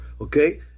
okay